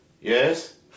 yes